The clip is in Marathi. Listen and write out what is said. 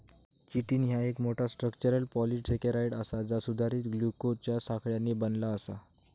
चिटिन ह्या एक मोठा, स्ट्रक्चरल पॉलिसेकेराइड हा जा सुधारित ग्लुकोजच्या साखळ्यांनी बनला आसा